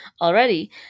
already